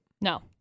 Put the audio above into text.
no